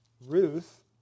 Ruth